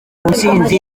ntsinzi